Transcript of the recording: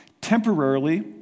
temporarily